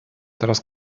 teraz